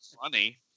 funny